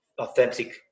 authentic